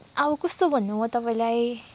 अब कस्तो भन्नु म तपाईँलाई